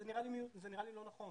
נראה לי לא נכון.